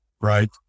right